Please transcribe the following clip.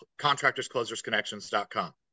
Contractorsclosersconnections.com